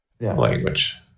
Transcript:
language